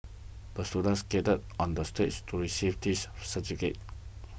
the student skated on the stage to receive this certificate